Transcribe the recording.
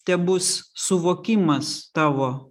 tebus suvokimas tavo